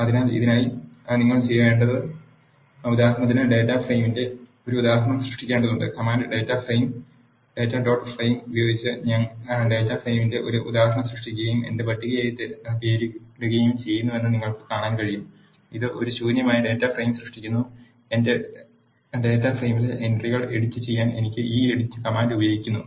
അതിനാൽ ഇതിനായി നിങ്ങൾ ചെയ്യേണ്ടത് ഉദാഹരണത്തിന് ഡാറ്റാ ഫ്രെയിമിന്റെ ഒരു ഉദാഹരണം സൃഷ്ടിക്കേണ്ടതുണ്ട് കമാൻഡ് ഡാറ്റ ഡോട്ട് ഫ്രെയിം ഉപയോഗിച്ച് ഞാൻ ഡാറ്റാ ഫ്രെയിമിന്റെ ഒരു ഉദാഹരണം സൃഷ്ടിക്കുകയും എന്റെ പട്ടികയായി പേരിടുകയും ചെയ്യുന്നുവെന്ന് നിങ്ങൾക്ക് കാണാൻ കഴിയും ഇത് ഒരു ശൂന്യമായ ഡാറ്റ ഫ്രെയിം സൃഷ്ടിക്കുന്നു എന്റെ ഡാറ്റ ഫ്രെയിമിലെ എൻ ട്രികൾ എഡിറ്റുചെയ്യാൻ എനിക്ക് ഈ എഡിറ്റ് കമാൻഡ് ഉപയോഗിക്കാം